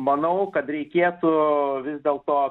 manau kad reikėtų vis dėl to